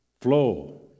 flow